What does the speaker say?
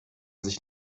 sich